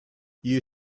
you